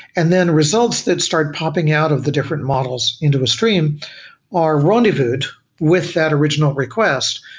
and then results that start popping out of the different models into the stream are rendezvous'd with that original request,